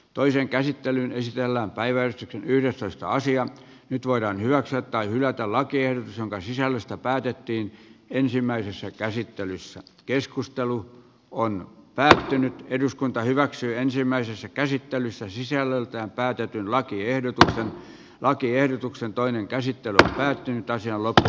toisen käsittelyn sisällä päivä yhdestoista sija nyt voidaan hyväksyä tai hylätä lakiehdotus jonka sisällöstä päätettiin ensimmäisessä käsittelyssä keskustelu on vääristynyt eduskunta hyväksyy ensimmäisessä käsittelyssä sisällöltään päätetyn lakiehdotuksen lakiehdotuksen toinen käsittely päätty taisi olla tätä